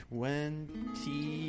Twenty